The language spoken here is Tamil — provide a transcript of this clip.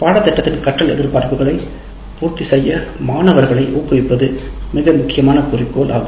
பாடத்திட்டத்தில் கற்றல் எதிர்பார்ப்புகளை பூர்த்தி செய்வதே மாணவர்களில் மிக முக்கியமான குறிக்கோள் ஆகும்